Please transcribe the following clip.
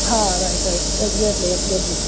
હા right right exactly exactly